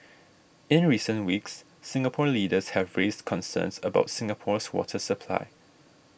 in recent weeks Singapore leaders have raised concerns about Singapore's water supply